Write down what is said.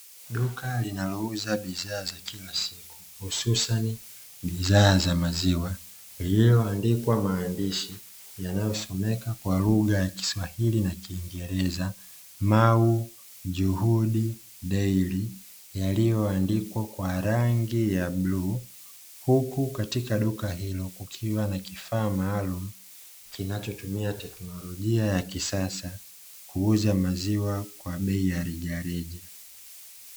Duka linalouza bidhaa za kila siku hususani bidhaa za maziwa, lililoandikwa maandishi yanayosomeka Kwa lugha ya kiswahili na kiingereza, "Mau Juhudi Dairy". Yaliyoandikwa Kwa rangi ya bluu Huku katika duka hilo, kukiwa na kifaa maalumu, kinachotumia teknolojia ya kisasa kuuza maziwa kwa bei ya rejareja.